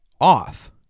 off